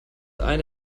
eine